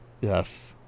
Yes